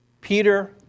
Peter